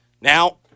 Now